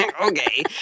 Okay